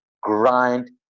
grind